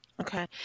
Okay